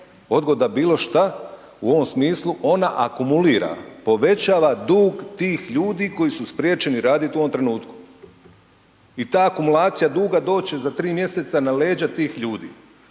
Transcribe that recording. odgoda bilo šta u ovom smislu ona akumulira, povećava dug tih ljudi koji su spriječeni raditi u ovom trenutku i ta akumulacija duga doće za tri mjeseca na leđa tih ljudi.